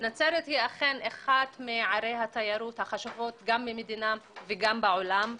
אכן נצרת היא אחת מערי התיירות החשובות גם במדינה וגם בעולם.